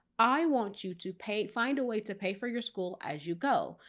i want you to pay find a way to pay for your school as you go.